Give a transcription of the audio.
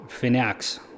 finax